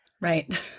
Right